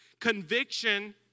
Conviction